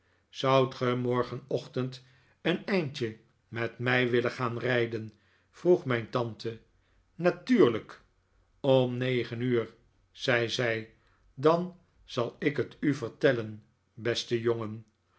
ge morgenochtend een eindje met mij willen gaan rijden vroeg mijn tante natuurlijk om negen uur zei zij dan zal ik het u vertellen beste jongen